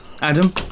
Adam